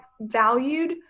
valued